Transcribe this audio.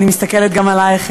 אני מסתכלת גם עלייך,